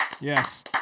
Yes